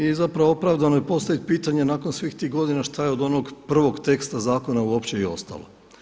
I zapravo je opravdano postaviti pitanje nakon svih tih godina šta je od onog prvog teksta zakona uopće i ostalo?